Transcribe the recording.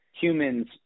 humans –